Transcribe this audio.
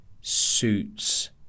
suits